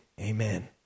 amen